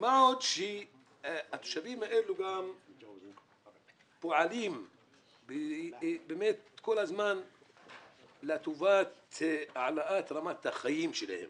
מה עוד שהדברים האלה פועלים כל הזמן לטובת העלאת רמת חייהם.